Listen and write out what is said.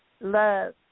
love